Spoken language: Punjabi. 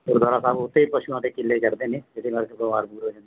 ਗੁਰੂਦੁਆਰਾ ਸਾਹਿਬ ਉੱਥੇ ਵੀ ਪਸ਼ੂਆਂ ਦੇ ਕਿੱਲੇ ਚੜਦੇ ਨੇ ਜਿਹਦੇ ਨਾਲ ਕਿ ਬਿਮਾਰ ਬਮੁਰ ਹੋ ਜਾਂਦੇ